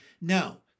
Now